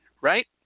right